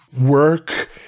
work